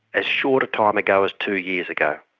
as short a time ago as two years ago.